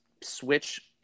switch